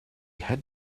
had